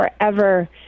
forever